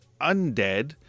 undead